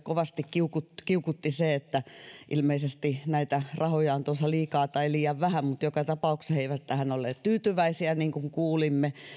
kovasti kiukuttavan ilmeisesti näitä rahoja on tulossa liikaa tai liian vähän mutta joka tapauksessa he eivät tähän olleet tyytyväisiä niin kuin kuulimme